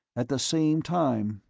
at the same time.